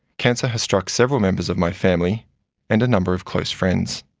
cancer has struck several members of my family and a number of close friends.